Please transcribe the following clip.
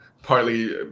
partly